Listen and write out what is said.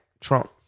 Trump